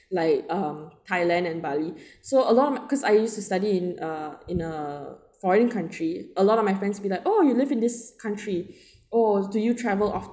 like um thailand and bali so a lot of my cause I used to study in uh in a foreign country a lot of my friends be like oh you live in this country oh do you travel of~